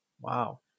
Wow